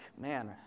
man